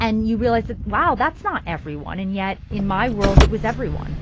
and you realize that, wow, that's not everyone. and yet, in my world, it was everyone